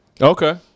Okay